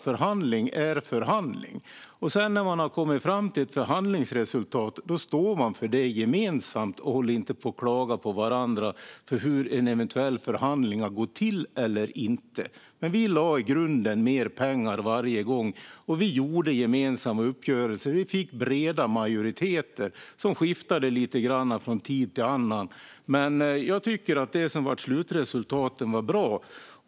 Förhandling är förhandling, och när man sedan har kommit fram till ett förhandlingsresultat står man för det gemensamt och håller inte på och klagar på varandra för hur en eventuell förhandling har gått till eller hur den inte har gått till. Vi lade i grunden mer pengar varje gång, och vi gjorde gemensamma uppgörelser. Vi fick breda majoriteter som skiftade lite grann från tid till annan, men jag tycker att slutresultaten var bra.